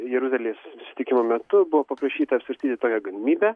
jeruzalės susitikimo metu buvo paprašyta apsvarstyti tokią galimybę